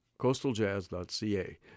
coastaljazz.ca